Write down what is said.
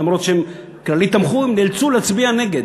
למרות שהם כללית תמכו, הם נאלצו להצביע נגד.